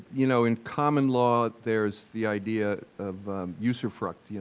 you know, in common law there's the idea of usufruct, you